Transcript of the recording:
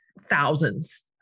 thousands